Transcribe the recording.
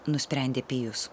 nusprendė pijus